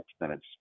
minutes